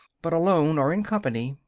but, alone or in company,